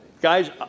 guys